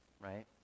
right